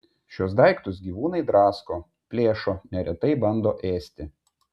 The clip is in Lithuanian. šiuos daiktus gyvūnai drasko plėšo neretai bando ėsti